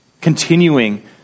Continuing